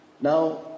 now